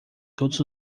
todos